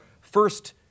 first